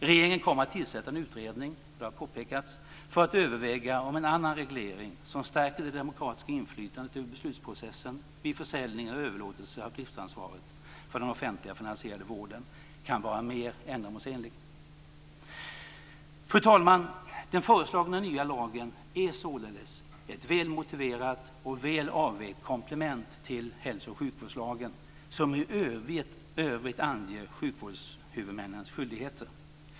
Regeringen kommer att tillsätta en utredning för att överväga om en annan reglering som stärker det demokratiska inflytandet över beslutsprocessen vid försäljning eller överlåtelse av driftsansvaret för den offentligt finansierade vården kan vara mera ändamålsenlig. Herr talman! Den föreslagna nya lagen är således ett väl motiverat och väl avvägt komplement till hälso och sjukvårdslagen, som i övrigt anger sjukvårdshuvudmännens skyldigheter.